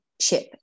ship